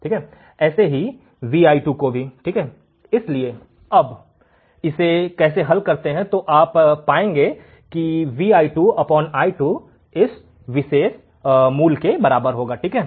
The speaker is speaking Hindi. ऐसे ही V i2 को भी इसलिए जब आप इसे और हल करते हैं तो आप या पाएंगे V i2 i 2 इस विशेष मान के बराबर है